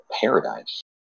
paradise